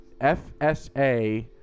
FSA